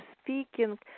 speaking